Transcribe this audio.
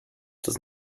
does